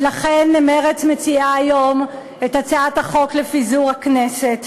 ולכן מרצ מציעה היום את הצעת החוק לפיזור הכנסת.